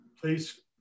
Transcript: please